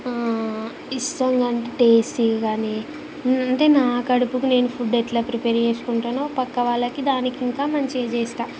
ఇష్టంగా and tasty కాని అంటే నా కడుపుకు నేను ఫుడ్ ఎట్లా ప్రిపేర్ చేసుకుంటానో పక్క వాళ్ళకి దానికింకా మంచిగా చేస్తాను